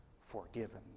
forgiven